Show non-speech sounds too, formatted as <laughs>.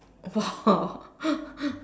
!wah! <laughs>